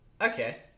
Okay